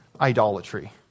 idolatry